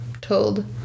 told